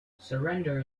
surrender